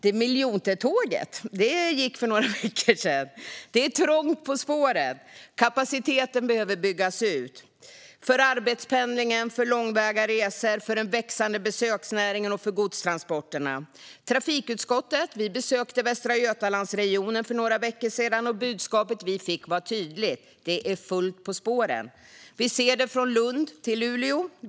Det miljonte tåget gick för några veckor sedan. Det är trångt på spåren. Kapaciteten behöver byggas ut - för arbetspendlingen, för långväga resor, för den växande besöksnäringen och för godstransporterna. Trafikutskottet besökte Västra Götalandsregionen för några veckor sedan. Budskapet vi fick var tydligt: Det är fullt på spåren. Vi ser det från Lund till Luleå.